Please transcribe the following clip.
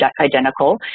identical